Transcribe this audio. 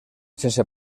sense